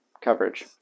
coverage